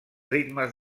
ritmes